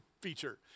feature